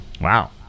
Wow